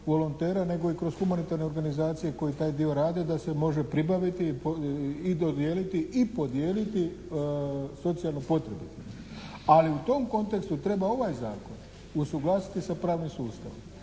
volontera nego i kroz humanitarne organizacije koje taj dio rade, da se može pribaviti i dodijeliti i podijeliti socijalnu potrebu. Ali u tom kontekstu treba ovaj Zakon usuglasiti sa pravnim sustavom.